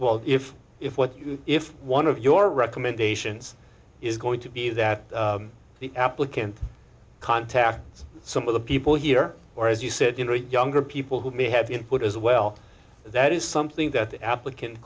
that if if what if one of your recommendations is going to be that the applicant contacts some of the people here or as you said you know younger people who may have input as well that is something that the applicant